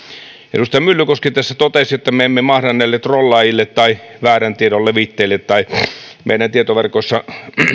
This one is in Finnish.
edustaja myllykoski tässä totesi että me emme mahda näille trollaajille tai väärän tiedon levittäjille tai meidän tietoverkoissa